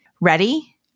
Ready